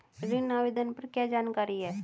ऋण आवेदन पर क्या जानकारी है?